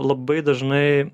labai dažnai